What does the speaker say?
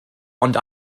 ond